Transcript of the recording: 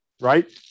right